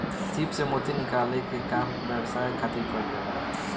सीप से मोती निकाले के काम व्यवसाय खातिर कईल जाला